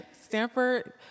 Stanford